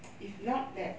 if not that